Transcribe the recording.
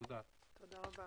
תודה רבה.